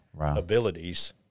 abilities